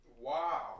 Wow